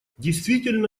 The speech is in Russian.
действительно